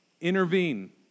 Intervene